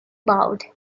about